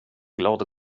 glad